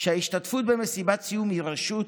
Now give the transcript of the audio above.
שההשתתפות במסיבת סיום היא רשות?